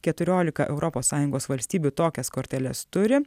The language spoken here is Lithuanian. keturiolika europos sąjungos valstybių tokias korteles turi